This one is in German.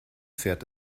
fährt